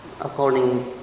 according